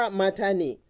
matani